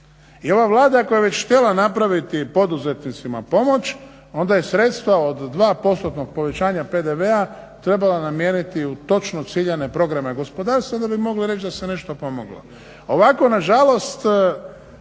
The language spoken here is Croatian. I ova Vlada koja je već htjela napraviti poduzetnicima pomoć onda je sredstva od 2%-tnog povećanja PDV-a trebala namijeniti u točno ciljane programe gospodarstva da bi mogla reći da se nešto pomoglo.